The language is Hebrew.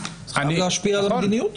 זה חייב להשפיע על המדיניות.